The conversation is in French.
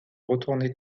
retourné